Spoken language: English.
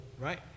right